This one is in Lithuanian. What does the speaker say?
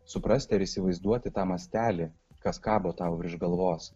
suprasti ar įsivaizduoti tą mastelį kas kabo tau virš galvos